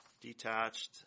detached